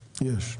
יש.